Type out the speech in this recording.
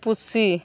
ᱯᱩᱥᱤ